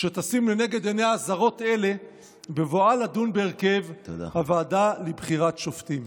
"שתשים לנגד עיניה אזהרות אלה בבואה לדון בהרכב הוועדה לבחירת שופטים".